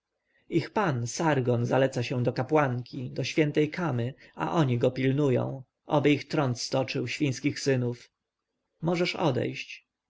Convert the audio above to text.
ich pan sargon zaleca się do kapłanki do świętej kamy a oni go pilnują oby ich trąd stoczył świńskich synów możesz odejść